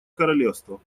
королевства